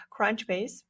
Crunchbase